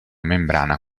membrana